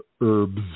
herbs